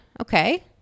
okay